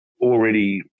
already